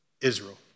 Israel